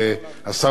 שקיבלתי זה עתה,